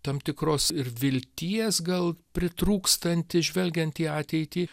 tam tikros ir vilties gal pritrūkstanti žvelgiant į ateitį